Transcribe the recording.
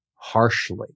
harshly